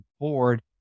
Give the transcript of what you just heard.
board